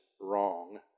wrong